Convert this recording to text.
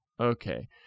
Okay